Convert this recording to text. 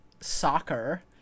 soccer